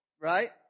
right